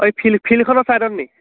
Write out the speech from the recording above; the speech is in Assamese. এই ফিল্ডখনৰ চাইডত নেকি